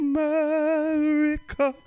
America